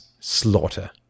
slaughter